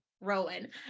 rowan